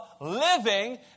living